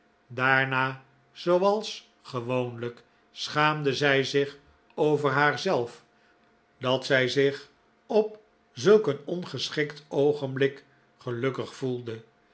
daarna zooals gewoonlijk schaamde zij zich over haarzelf dat zij zich op zulk een ongeschikt oogenblik gelukkig voelde